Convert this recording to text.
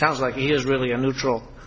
sounds like it is really a neutral